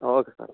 okay sir okay